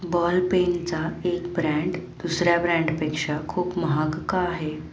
बॉलपेनचा एक ब्रँड दुसऱ्या ब्रँडपेक्षा खूप महाग का आहे